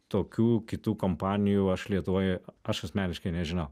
tokių kitų kompanijų aš lietuvoj aš asmeniškai nežinau